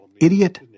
Idiot